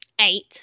eight